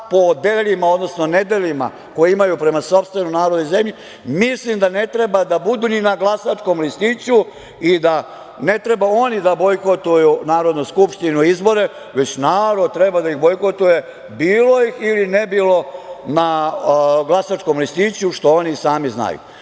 Čak po delima odnosno nedelima koja imaju prema sopstvenom narodu i zemlji, mislim da ne treba da budu ni na glasačkom listiću i da ne treba oni da bojkotuju izbore i Narodnu skupštinu, već narod treba da ih bojkotuje, bilo ih ili ne bilo na glasačkom listiću, što i oni sami